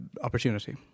opportunity